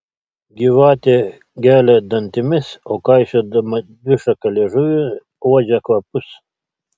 gyvatė gelia dantimis o kaišiodama dvišaką liežuvį uodžia kvapus